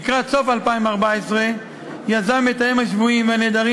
לקראת סוף 2014 יזם המתאם לענייני השבויים והנעדרים